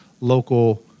local